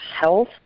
health